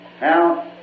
Now